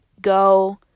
go